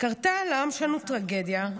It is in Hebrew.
קרתה לעם שלנו טרגדיה,